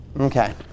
Okay